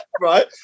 right